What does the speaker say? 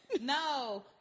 No